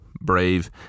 brave